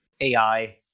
AI